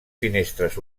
finestres